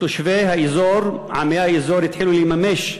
תושבי האזור, עמי האזור, התחילו לממש,